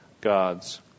God's